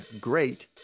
Great